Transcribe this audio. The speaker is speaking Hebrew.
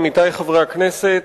עמיתי חברי הכנסת,